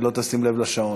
היא לא תשים לב לשעון.